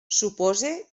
supose